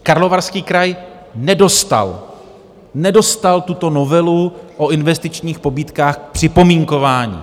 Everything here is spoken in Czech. Karlovarský kraj nedostal, nedostal! tuto novelu o investičních pobídkách k připomínkování.